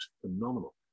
phenomenal